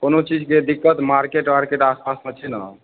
कोनो चीजकेँ दिक्कत मार्केट वार्केट आसपासमे छै ने